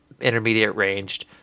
intermediate-ranged